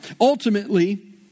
ultimately